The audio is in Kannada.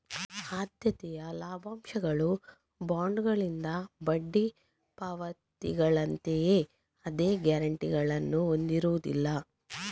ಆದ್ಯತೆಯ ಲಾಭಾಂಶಗಳು ಬಾಂಡುಗಳಿಂದ ಬಡ್ಡಿ ಪಾವತಿಗಳಂತೆಯೇ ಅದೇ ಗ್ಯಾರಂಟಿಗಳನ್ನು ಹೊಂದಿರುವುದಿಲ್ಲ